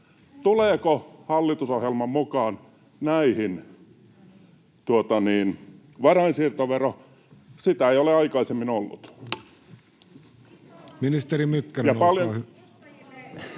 Tuleeko hallitusohjelman mukaan näihin varainsiirtovero? Sitä ei ole aikaisemmin ollut.